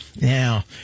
Now